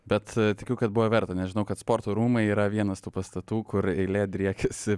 bet tikiu kad buvo verta nes žinau kad sporto rūmai yra vienas tų pastatų kur eilė driekiasi